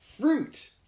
fruit